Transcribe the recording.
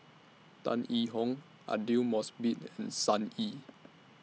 Tan Yee Hong Aidli Mosbit and Sun Yee